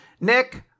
Nick